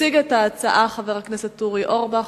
יציג את ההצעה חבר הכנסת אורי אורבך,